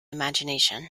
imagination